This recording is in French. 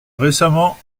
récemment